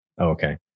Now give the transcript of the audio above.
Okay